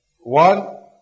one